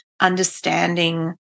understanding